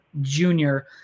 junior